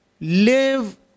live